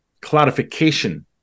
clarification